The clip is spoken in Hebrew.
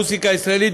היועצת המשפטית,